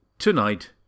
Tonight